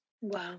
Wow